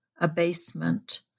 abasement